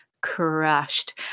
crushed